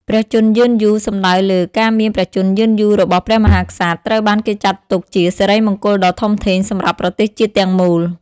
ព្រះជន្មយឺនយូរសំដៅលើ ការមានព្រះជន្មយឺនយូររបស់ព្រះមហាក្សត្រ ត្រូវបានគេចាត់ទុកជាសិរីមង្គលដ៏ធំធេងសម្រាប់ប្រទេសជាតិទាំងមូល។